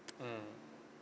mmhmm